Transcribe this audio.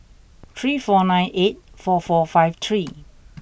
three four nine eight four four five three